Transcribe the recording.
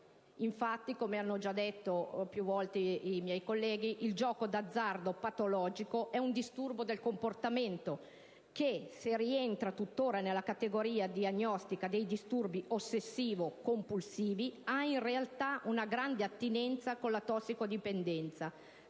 infatti è stato già ricordato dai colleghi che mi hanno preceduto, il gioco d'azzardo patologico è un disturbo del comportamento che, pur rientrando tuttora nella categoria diagnostica dei disturbi ossessivo-compulsivi, ha in realtà una grande attinenza con la tossicodipendenza,